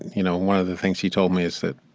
you know, one of the things he told me is that.